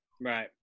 Right